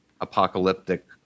apocalyptic